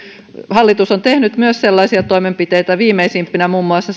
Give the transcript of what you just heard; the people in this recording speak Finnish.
hallitus on tehnyt myös muita toimenpiteitä viimeisimpinä muun muassa